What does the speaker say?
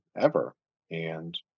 ever—and